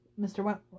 Mr